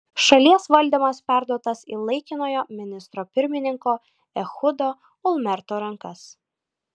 šalies valdymas perduotas į laikinojo ministro pirmininko ehudo olmerto rankas